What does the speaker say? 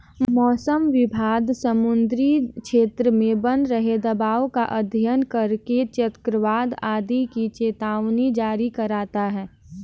मौसम विभाग समुद्री क्षेत्र में बन रहे दबाव का अध्ययन करके चक्रवात आदि की चेतावनी जारी करता है